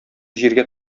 җиргә